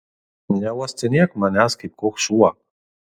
neuostinėk manęs kaip koks šuo